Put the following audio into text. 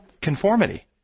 Conformity